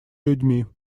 людьми